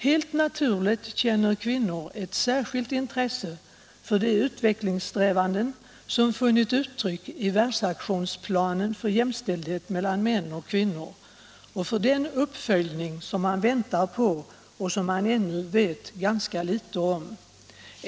Helt naturligt känner kvinnor ett särskilt intresse för de utvecklingssträvanden som funnit uttryck i världaktionsplanen för jämställdhet mellan män och kvinnor och för den uppföljning som man väntar på men som man ännu vet ganska litet om.